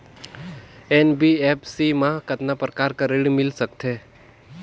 NBFC मा कतना प्रकार कर ऋण मिल सकथे?